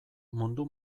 mundu